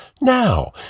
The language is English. now